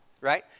right